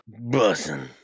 Bussin